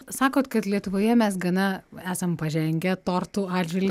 sakot kad lietuvoje mes gana esam pažengę tortų atžvil